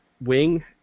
wing